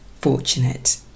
fortunate